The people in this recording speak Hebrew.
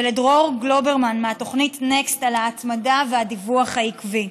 ולדרור גלוברמן מהתוכנית NEXTER על ההתמדה והדיווח העקבי.